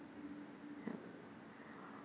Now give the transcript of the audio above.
ya